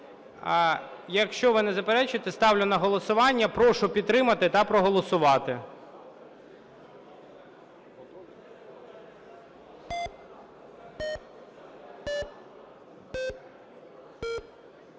Якщо ви не заперечуєте, ставлю на голосування. Прошу підтримати та проголосувати.